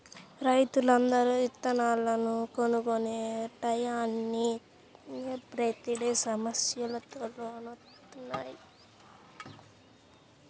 రైతులందరూ ఇత్తనాలను కొనుక్కునే టైయ్యానినే ప్రతేడు సమస్యలొత్తన్నయ్